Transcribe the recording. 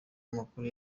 amakuru